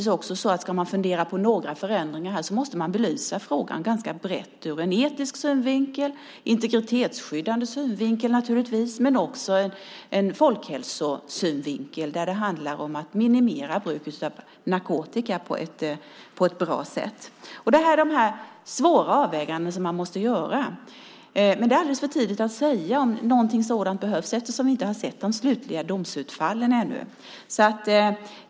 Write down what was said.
Ska man fundera på några förändringar här måste man belysa frågan ganska brett - ur en etisk synvinkel, naturligtvis ur en integritetsskyddande synvinkel men också ur en folkhälsosynvinkel där det handlar om att minimera bruket av narkotika på ett bra sätt. Det är dessa svåra avväganden man måste göra. Dock är det alldeles för tidigt att säga om någonting sådant behövs eftersom vi ännu inte har sett de slutliga domstolsutslagen.